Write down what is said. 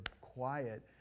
quiet